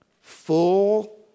Full